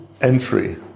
entry